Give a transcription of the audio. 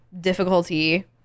difficulty